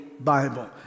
Bible